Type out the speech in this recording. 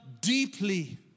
deeply